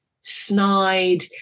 snide